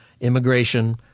Immigration